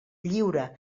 lliure